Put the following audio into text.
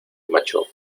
macho